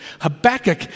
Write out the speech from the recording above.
Habakkuk